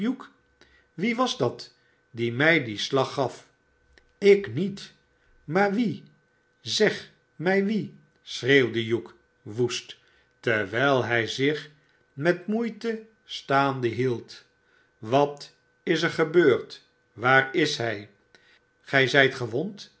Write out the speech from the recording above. wie was dat die mij dien slag gaff slk met maar wie zeg mij wie schreeuwde hugh woest terwijl hij zich met moeite staande meld wat is er gebeurd waar is hij gij zijt gewond